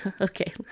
okay